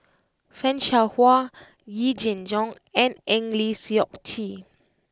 Fan Shao Hua Yee Jenn Jong and Eng Lee Seok Chee